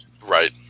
Right